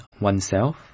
oneself